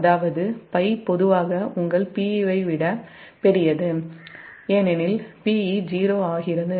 அதாவது Pi பொதுவாக உங்கள் Pe ஐ விட பெரியது ஏனெனில் Pe 0 ஆகிறது